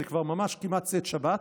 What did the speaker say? זה כבר ממש כמעט צאת שבת,